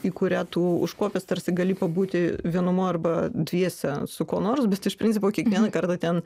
į kurią tu užkopęs tarsi gali pabūti vienumoj arba dviese su kuo nors bet iš principo kiekvieną kartą ten